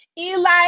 Eli